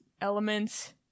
elements